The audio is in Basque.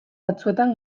batzuetan